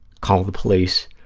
call the police,